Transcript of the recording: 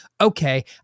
okay